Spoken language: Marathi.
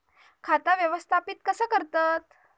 खाता व्यवस्थापित कसा करतत?